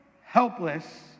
helpless